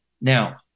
Now